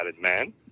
man